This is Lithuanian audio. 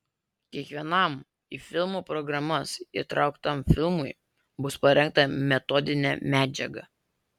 kiekvienam į filmų programas įtrauktam filmui bus parengta metodinė medžiaga